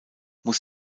muss